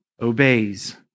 obeys